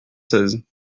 seize